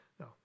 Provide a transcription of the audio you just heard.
No